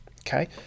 okay